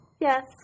Yes